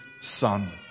son